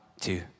two